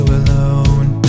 alone